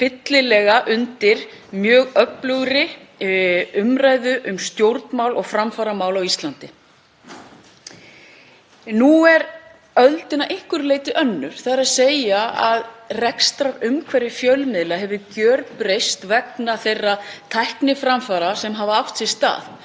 fyllilega undir mjög öflugri umræðu um stjórnmál og framfaramál á Íslandi. Nú er öldin að einhverju leyti önnur, þ.e. að rekstrarumhverfi fjölmiðla hefur gjörbreyst vegna þeirra tækniframfara sem hafa átt sér stað,